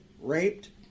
raped